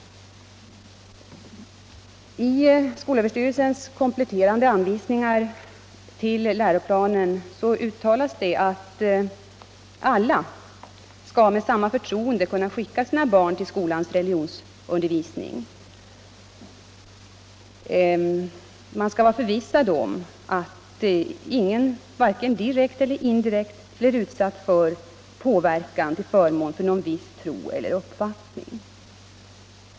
I skolöverstyrelsens kompletterande anvisningar till läroplanen uttalas det att alla skall med samma förtroende kunna skicka sina barn till skolans religionsundervisning. Man skall vara förvissad om att ingen, varken direkt eller indirekt, blir utsatt för påverkan till förmån för någon viss tro eller uppfattning.